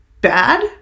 bad